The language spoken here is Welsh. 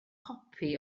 copi